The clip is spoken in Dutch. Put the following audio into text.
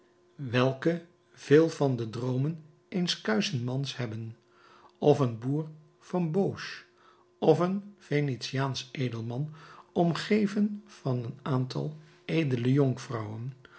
welke veel van de droomen eens kuischen mans hebben of een boer van beauce of een venetiaansch edelman omgeven van een aantal edele jonkvrouwen